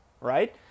right